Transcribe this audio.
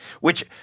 which-